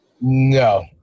No